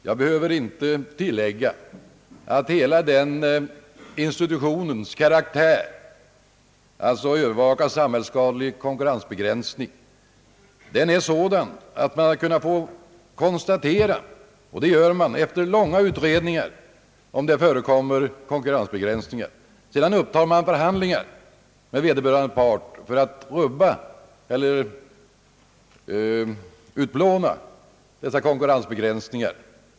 Jag behöver knappast tillägga, att hela denna institutions karaktär — alltså att övervaka samhällsskadlig konkurrensbegränsning är sådan att näringsfri hetsombudsmannen först efter långa utredningar konstaterar om konkurrensbegränsningar förekommer, och sedan upptar han förhandlingar med vederbörande part för att utplåna dessa konkurrensbegränsningar.